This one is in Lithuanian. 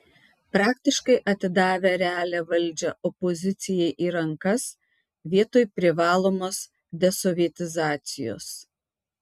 praktiškai atidavę realią valdžią opozicijai į rankas vietoj privalomos desovietizacijos